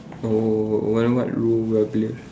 oh oh I don't like